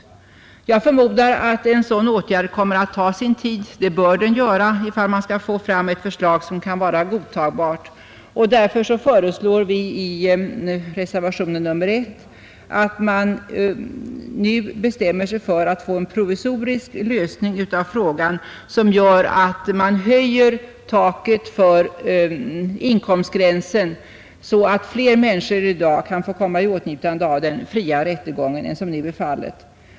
Jag förmodar att en sådan åtgärd kommer att ta sin tid. Därför föreslår vi i reservationen 1 att man nu bestämmer sig för att få till stånd en provisorisk lösning av frågan, nämligen att höja taket för inkomstgränsen så att fler människor än som nu är fallet kan få komma i åtnjutande av den fria rättegången.